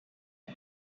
air